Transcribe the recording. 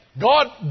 God